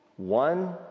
One